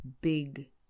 big